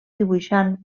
dibuixant